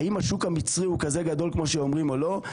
האם השוק המצרי הוא כזה גדול כמו שאומרים או לא,